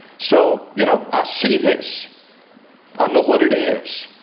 so you know, i see this i know what it is